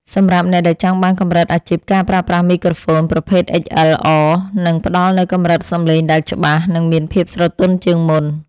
សម្រាប់អ្នកដែលចង់បានកម្រិតអាជីពការប្រើប្រាស់មីក្រូហ្វូនប្រភេទអុិចអិលអ័រនឹងផ្តល់នូវកម្រិតសំឡេងដែលច្បាស់ និងមានភាពស្រទន់ជាងមុន។